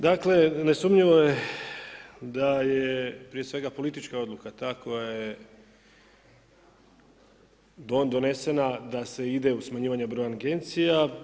Dakle, ne sumnjivo da je, prije svega, politička odluka ta koja je donesena da se ide u smanjivanje broja Agencija.